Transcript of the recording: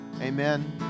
Amen